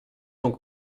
donc